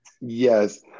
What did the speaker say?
Yes